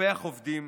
לטפח עובדים,